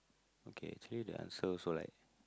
okay actually the answer also like